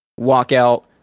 walkout